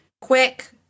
quick